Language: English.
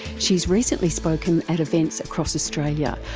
she's recently spoken at events across australia,